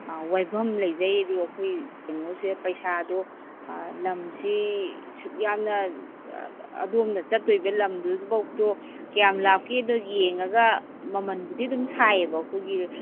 ꯋꯥꯏꯕꯝ ꯂꯩꯖꯩ ꯑꯗꯨꯒ ꯑꯩꯈꯣꯏ ꯀꯩꯅꯣꯁꯦ ꯄꯩꯁꯥꯗꯣ ꯂꯝꯁꯤ ꯁꯨꯛ ꯌꯥꯝꯅ ꯑꯗꯣꯝꯅ ꯆꯠꯇꯣꯏꯕ ꯂꯝꯗꯨꯕꯣꯛꯇꯣ ꯀꯌꯥꯝ ꯂꯥꯞꯀꯦꯗꯣ ꯌꯦꯡꯉꯒ ꯃꯃꯜꯕꯨꯗꯤ ꯑꯗꯨꯝ ꯁꯥꯏꯌꯦꯕ ꯑꯩꯈꯣꯏꯒꯤ